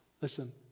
Listen